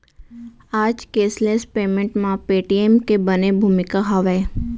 आज cashless payment म Paytm के बने भूमिका हावय